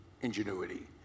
ingenuity